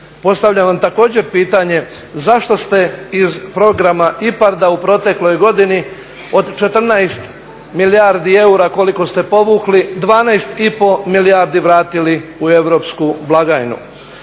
Postavljam vam također pitanje zašto ste iz Programa IPARD-a u protekloj godini od 14 milijardi eura koliko ste povukli 12 i pol milijardi vratili u europsku blagajnu.